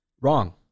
Wrong